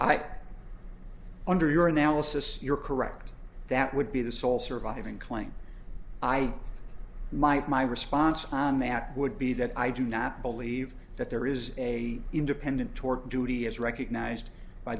i under your analysis you're correct that would be the sole surviving claim i might my response on that would be that i do not believe that there is a independent tort duty as recognized by